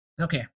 Okay